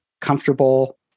comfortable